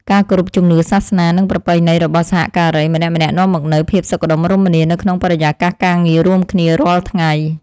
ការគោរពជំនឿសាសនានិងប្រពៃណីរបស់សហការីម្នាក់ៗនាំមកនូវភាពសុខដុមរមនានៅក្នុងបរិយាកាសការងាររួមគ្នារាល់ថ្ងៃ។